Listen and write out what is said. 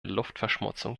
luftverschmutzung